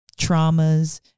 traumas